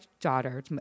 daughter